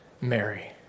Mary